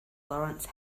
lawrence